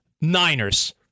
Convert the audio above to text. Niners